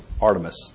Artemis